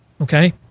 Okay